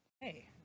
Hey